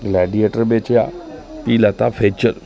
gladiator बेचेआ फ्ही लैता फीचर